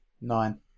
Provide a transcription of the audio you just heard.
nine